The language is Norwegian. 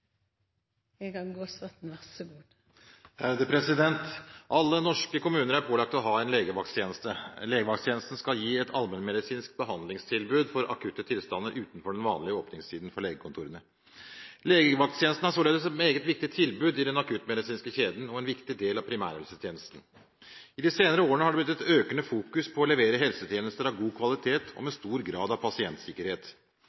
pålagt å ha en legevakttjeneste. Legevakttjenesten skal gi et allmennmedisinsk behandlingstilbud for akutte tilstander utenfor den vanlige åpningstiden for legekontorene. Legevakttjenesten er således et meget viktig tilbud i den akuttmedisinske kjeden og en viktig del av primærhelsetjenesten. I de senere årene har det blitt et økende fokus på å levere helsetjenester av god kvalitet og med